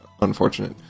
unfortunate